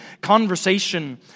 conversation